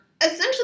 essentially